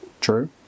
True